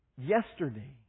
yesterday